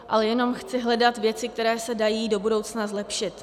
Ale jenom chci hledat věci, které se dají do budoucna zlepšit.